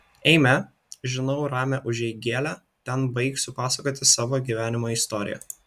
eime žinau ramią užeigėlę ten baigsiu pasakoti savo gyvenimo istoriją